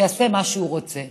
שיעשה מה שהוא רוצה.